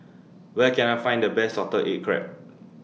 Where Can I Find The Best Salted Egg Crab